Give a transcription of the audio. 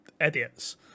idiots